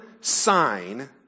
sign